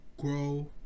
grow